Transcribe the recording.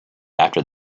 after